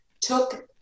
took